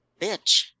bitch